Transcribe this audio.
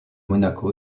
monaco